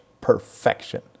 perfection